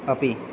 अपि